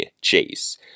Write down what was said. Chase